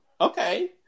okay